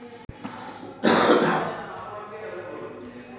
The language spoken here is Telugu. రోడ్ల పక్కన ఉండే చెట్లను గదేదో మిచన్ తో సమానంగా కత్తిరింపు చేస్తున్నారే